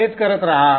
असेच करत राहा